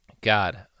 god